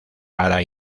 para